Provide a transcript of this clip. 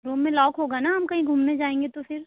room में lock होगा ना हम कहीं घूमने जाएंगे तो फिर